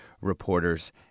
reporters